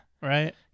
Right